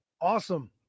awesome